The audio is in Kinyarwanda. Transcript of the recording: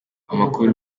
amakuru